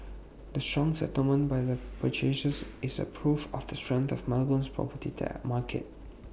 the strong settlements by the purchasers is proof of the strength of Melbourne's property market